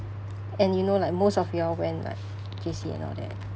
and you know like most of you all went like J_C and all that